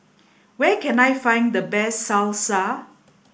where can I find the best Salsa